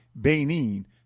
Benin